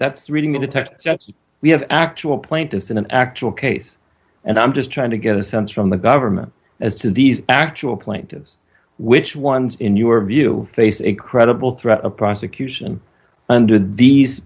that's reading in the text we have actual plaintiffs in an actual case and i'm just trying to get a sense from the government as to these actual plaintive which ones in your view face a credible threat of prosecution under these